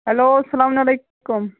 hello اسلام علیکُم